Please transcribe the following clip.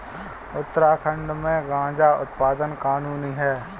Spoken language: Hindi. उत्तराखंड में गांजा उत्पादन कानूनी है